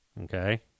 Okay